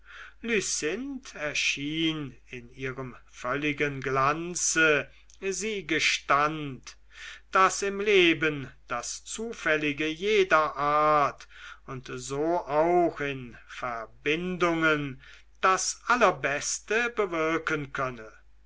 in ihrem völligen glanze sie gestand daß im leben das zufällige jeder art und so auch in verbindungen das allerbeste bewirken könne